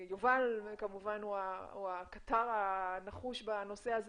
יובל הוא הקטר הנחוש בנושא,